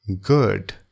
Good